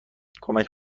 کمک